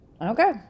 Okay